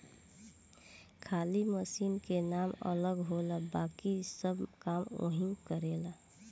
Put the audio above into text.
खाली मशीन के नाम अलग होला बाकिर सब काम ओहीग करेला